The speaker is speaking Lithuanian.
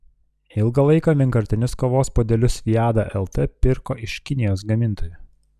ilgą laiką vienkartinius kavos puodelius viada lt pirko iš kinijos gamintojų